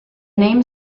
name